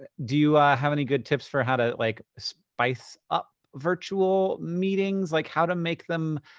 ah do you have any good tips for how to, like, spice up virtual meetings? like, how to make them,